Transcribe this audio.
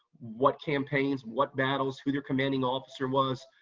what campaigns, what battles, who their commanding officer was,